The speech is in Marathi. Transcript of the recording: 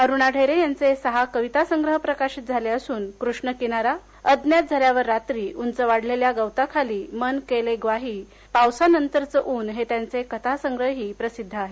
अरुणा ढेरे यांचे सहा कवितासंप्रह प्रकाशित झाले असून कृष्णकिनारा अज्ञात झऱ्यावर रात्री उंच वाढलेल्या गवताखाली मन केले ग्वाही पावसानंतरचं ऊन हे त्यांचे कथासंग्रहही प्रसिद्ध आहेत